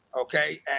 okay